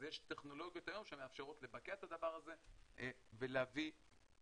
אז יש טכנולוגיות היום שמאפשרות לבקע את הדבר הזה ולהביא גז.